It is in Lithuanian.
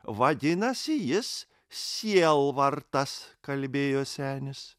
vadinasi jis sielvartas kalbėjo senis